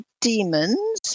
demons